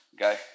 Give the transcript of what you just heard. okay